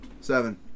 Seven